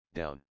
down